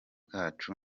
bacu